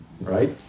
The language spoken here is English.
right